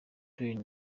diyen